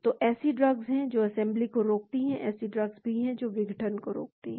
तो ऐसी ड्रग्स हैं जो असेंबली को रोकती हैं ऐसी ड्रग्स भी हैं जो विघटन को रोकती हैं